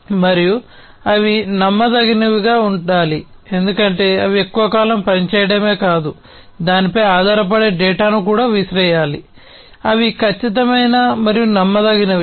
మరియు అవి నమ్మదగినవిగా ఉండాలి ఎందుకంటే అవి ఎక్కువ కాలం పనిచేయడమే కాదు దానిపై ఆధారపడే డేటాను కూడా విసిరేయాలి అవి ఖచ్చితమైనవి మరియు నమ్మదగినవి